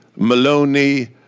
Maloney